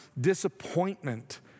disappointment